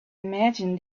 imagine